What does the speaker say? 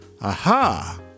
Aha